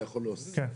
כן,